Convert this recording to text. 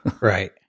Right